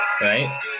Right